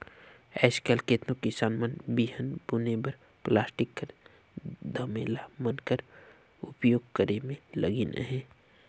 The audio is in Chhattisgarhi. आएज काएल केतनो किसान मन बीहन बुने बर पलास्टिक कर धमेला मन कर उपियोग करे मे लगिन अहे